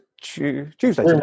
Tuesday